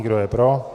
Kdo je pro?